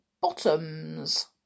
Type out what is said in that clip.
bottoms